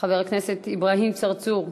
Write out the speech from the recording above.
חבר הכנסת אברהים צרצור,